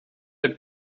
der